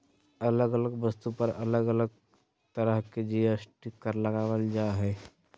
अलग अलग वस्तु पर अलग अलग तरह के जी.एस.टी कर लगावल जा हय